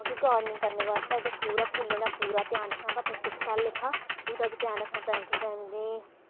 मतलब कि गार्डनिंग करने बास्तै ओह्दा पूरा फुल्लें दा पूरा ध्यान रक्खना होंदा अपनी सेह्त आह्ला लेखा ओह्दा बी ध्यान रक्खना टाइम टू टाइम उ'नें गी